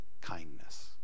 kindness